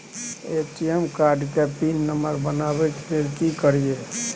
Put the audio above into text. ATM card के pin number बनाबै के लेल की करिए?